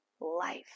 life